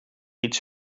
iets